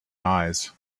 eyes